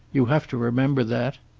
you have to remember that.